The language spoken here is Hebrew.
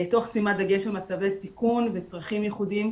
תוך שימת דגש למצבי סיכון וצרכים ייחודיים,